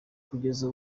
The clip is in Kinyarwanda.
kugeza